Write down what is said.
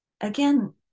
again